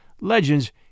Legends